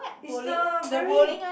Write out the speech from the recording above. is the very